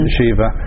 Shiva